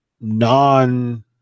non